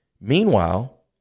Meanwhile